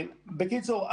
בקיצור,